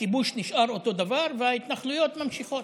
הכיבוש נשאר אותו דבר וההתנחלויות ממשיכות.